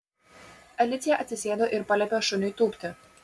alicija atsisėdo ir paliepė šuniui tūpti